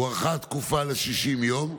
הוארכה התקופה ל-60 יום.